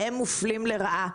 הם מופלים לרעה,